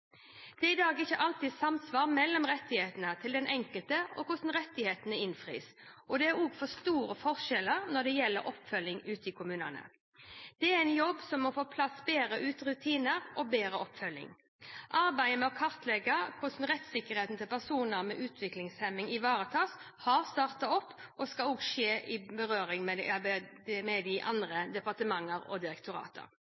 Det er i dag ikke alltid samsvar mellom rettighetene til den enkelte og hvordan rettighetene innfris, og det er for store forskjeller når det gjelder oppfølging ute i kommunene. Det må jobbes for å få på plass bedre rutiner og bedre oppfølging. Arbeidet med å kartlegge hvordan rettssikkerheten til personer med utviklingshemning ivaretas, har startet opp og skal også skje sammen med berørte departementer og direktorater. Vi vet at mange mennesker med